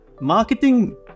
marketing